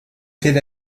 fährt